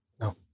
No